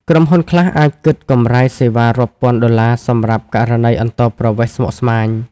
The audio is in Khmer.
ក្រុមហ៊ុនខ្លះអាចគិតកម្រៃសេវារាប់ពាន់ដុល្លារសម្រាប់ករណីអន្តោប្រវេសន៍ស្មុគស្មាញ។